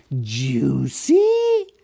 juicy